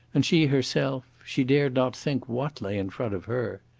and she herself she dared not think what lay in front of her.